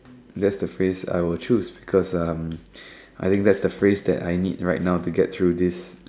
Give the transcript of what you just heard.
that's the phrase I will choose because um I think that's the phrase I need right now to get through this